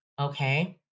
okay